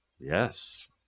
Yes